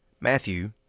Matthew